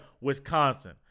Wisconsin